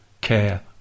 care